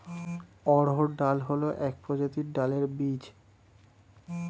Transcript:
অড়হর ডাল হল এক প্রজাতির ডালের বীজ